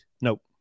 Nope